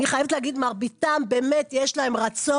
אני חייבת להגיד שלמרביתם באמת יש רצון.